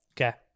Okay